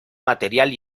material